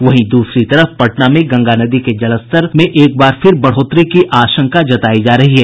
वहीं दूसरी तरफ पटना में गंगा नदी के जलस्तर एक बार फिर बढ़ोतरी की आशंका जतायी जा रही है